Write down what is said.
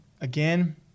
again